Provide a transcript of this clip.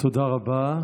תודה רבה.